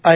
I